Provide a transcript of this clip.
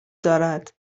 دارد